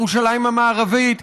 ירושלים המערבית